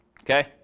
Okay